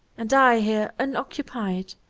and i here unoccupied!